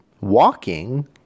walking